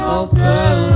open